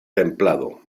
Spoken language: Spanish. templado